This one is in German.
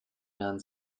werden